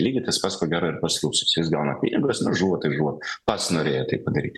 lygiai tas pats ko gero ir pas rusus jis gauna pinigus nu žuvo tai žuvo pats norėjo tai padaryti